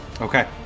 okay